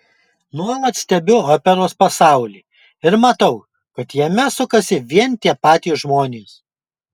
nuolat stebiu operos pasaulį ir matau kad jame sukasi vien tie patys žmonės